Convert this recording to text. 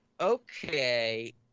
okay